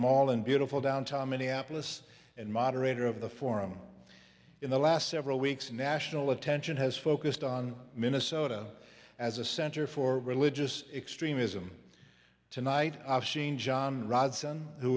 mall in beautiful downtown minneapolis and moderator of the forum in the last several weeks national attention has focused on minnesota as a center for religious extremism tonight i've seen john rod son who